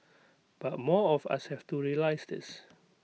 but more of us have to realise this